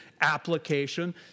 application